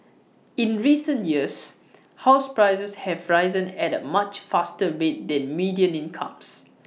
in recent years house prices have risen at A much faster rate than median incomes